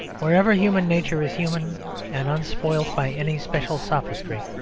wherever human nature is human and unspoilt by any special sophistry,